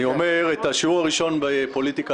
אני אומר שאת השיעור הראשון בפוליטיקה